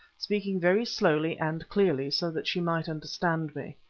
speaking very slowly and clearly, so that she might understand me.